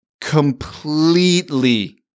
completely